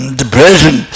depression